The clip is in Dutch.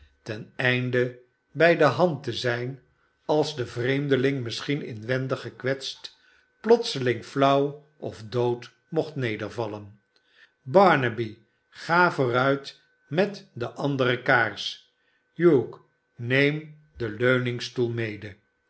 ten einde bij de hand te zijn als de vreemdelmg misschien inwendig gekwetst plotseling flauw of dood mocht nederval en barnaby ga vooruit met de andere kaars hugh neem den leuningstoel mede